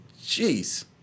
Jeez